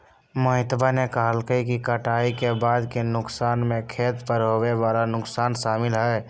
मोहितवा ने कहल कई कि कटाई के बाद के नुकसान में खेत पर होवे वाला नुकसान शामिल हई